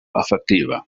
efectiva